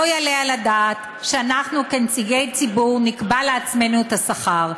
לא יעלה על הדעת שאנחנו כנציגי ציבור נקבע לעצמנו את השכר.